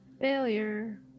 Failure